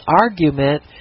argument